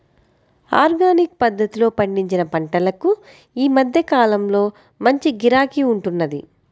organic పద్ధతిలో పండించిన పంటలకు ఈ మధ్య కాలంలో మంచి గిరాకీ ఉంటున్నది